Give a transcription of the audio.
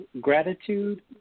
gratitude